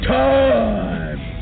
time